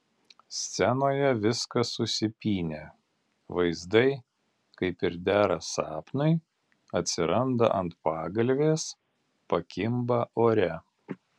scenoje viskas susipynę vaizdai kaip ir dera sapnui atsiranda ant pagalvės pakimba ore